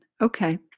Okay